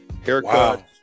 haircut